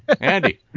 Andy